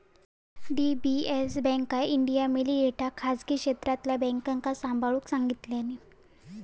DBS bank India लिमिटेडका खासगी क्षेत्रातल्या बॅन्कांका सांभाळूक सांगितल्यानी